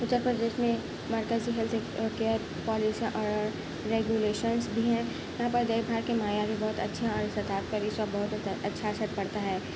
اتر پردیش میں مرکزی health care پالیسیاں اور ریگولیشنز بھی ہیں یہاں پر دیکھ بھال کے معیار بھی بہت اچھے ہیں اور پر بھی اس کا بہت اچھا اچھا اثر پڑتا ہے